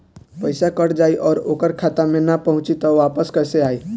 पईसा कट जाई और ओकर खाता मे ना पहुंची त वापस कैसे आई?